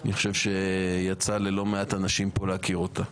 אני חושב שיצא ללא מעט אנשים פה להכיר אותה.